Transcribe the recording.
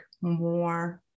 more